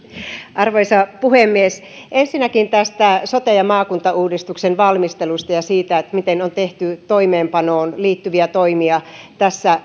arvoisa puhemies ensinnäkin tästä sote ja maakuntauudistuksen valmistelusta ja siitä miten on tehty toimeenpanoon liittyviä toimia tässä